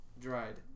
Dried